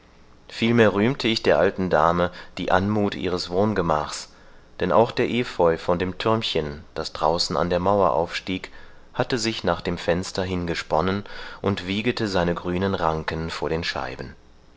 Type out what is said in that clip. vielmehr rühmte ich der alten dame die anmuth ihres wohngemaches denn auch der epheu von dem thürmchen das draußen an der mauer aufstieg hatte sich nach dem fenster hingesponnen und wiegete seine grünen ranken vor den scheiben